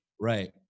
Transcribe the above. right